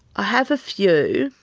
i have a few.